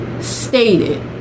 stated